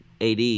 ad